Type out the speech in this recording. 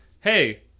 hey